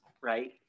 right